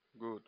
Good